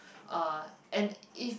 uh and if